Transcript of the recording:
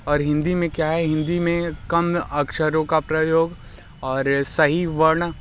और हिंदी में क्या है हिंदी में कम अक्षरों का प्रयोग और सही वर्ण